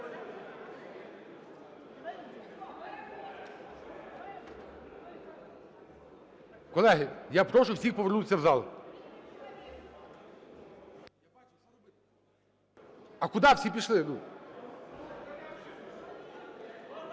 Колеги, я прошу всіх повернутися в зал. А куди всі пішли?